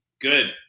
good